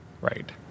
Right